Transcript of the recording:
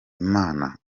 imana